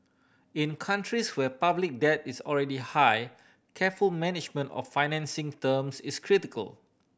in countries where public debt is already high careful management of financing terms is critical